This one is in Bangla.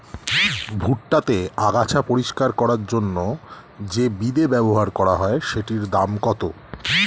ভুট্টা তে আগাছা পরিষ্কার করার জন্য তে যে বিদে ব্যবহার করা হয় সেটির দাম কত?